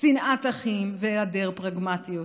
שנאת אחים והיעדר פרגמטיות.